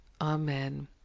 Amen